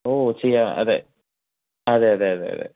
ഓ ചെയ്യാം അതെ അതെയതെ അതെ